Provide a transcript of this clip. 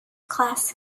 class